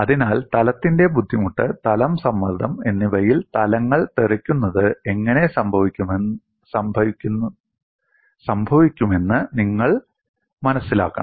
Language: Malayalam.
അതിനാൽ തലത്തിന്റെ ബുദ്ധിമുട്ട് തലം സമ്മർദ്ദം എന്നിവയിൽ തലങ്ങൾ തെറിക്കുന്നത് എങ്ങനെ സംഭവിക്കുമെന്ന് നിങ്ങൾ മനസ്സിലാക്കണം